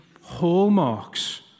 hallmarks